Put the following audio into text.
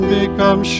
become